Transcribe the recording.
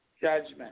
judgment